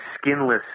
skinless